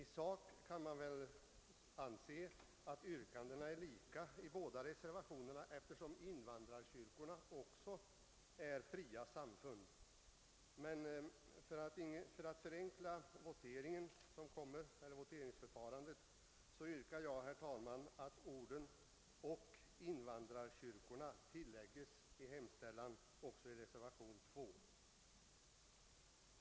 I sak kan man väl anse att yrkandena i de båda reservationerna är desamma eftersom invandrarkyrkorna också är fria samfund. För att förenkla voteringsförfarandet yrkar jag emellertid, herr talman, att orden >och invandrarkyrkorna» tillägges i hemställan också i reservationen 2.